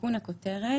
תיקון הכותרת.